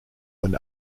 than